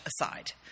aside